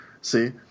See